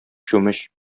чүмеч